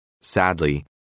Sadly